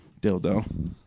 dildo